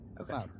okay